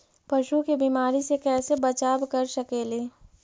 पशु के बीमारी से कैसे बचाब कर सेकेली?